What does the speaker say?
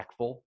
impactful